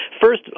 First